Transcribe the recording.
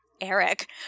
Eric